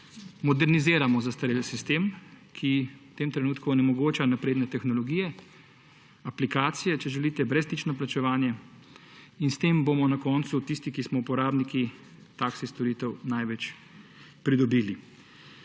moderniziramo zastareli sistem, ki v tem trenutku onemogoča napredne tehnologije, aplikacije, če želite, brezstično plačevanje, in s tem bomo na koncu tisti, ki smo uporabniki taksi storitev, največ pridobili.